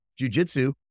jujitsu